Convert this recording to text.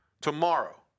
tomorrow